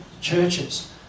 churches